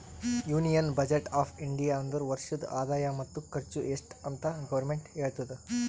union budget of India ಅಂದುರ್ ವರ್ಷದ ಆದಾಯ ಮತ್ತ ಖರ್ಚು ಎಸ್ಟ್ ಅಂತ್ ಗೌರ್ಮೆಂಟ್ ಹೇಳ್ತುದ